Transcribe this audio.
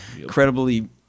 Incredibly